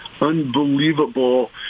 unbelievable